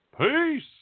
Peace